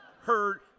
Heard